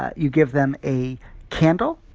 you give them a candle,